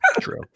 True